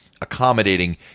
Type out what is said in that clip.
accommodating